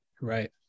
Right